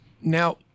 Now